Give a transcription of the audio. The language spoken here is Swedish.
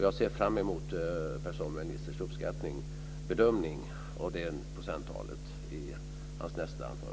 Jag ser fram emot Per